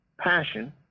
passion